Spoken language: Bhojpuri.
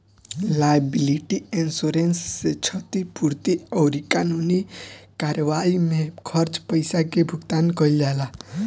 लायबिलिटी इंश्योरेंस से क्षतिपूर्ति अउरी कानूनी कार्यवाई में खर्च पईसा के भुगतान कईल जाला